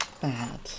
bad